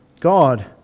God